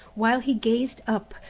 while he gazed up,